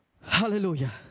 Hallelujah